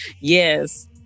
yes